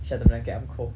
share the blanket I'm cold